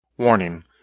Warning